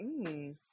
-hmm